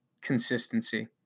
consistency